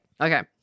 Okay